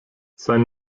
sein